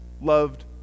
loved